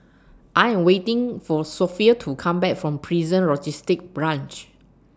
I Am waiting For Sophie to Come Back from Prison Logistic Branch